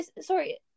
sorry